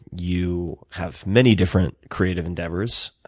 you have many different creative endeavors.